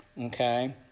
okay